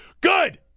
Good